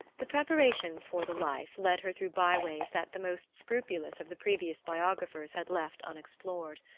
the preparations for the life led her through by-ways that the most scrupulous of the previous biographers had left unexplored.